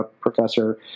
Professor